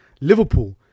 Liverpool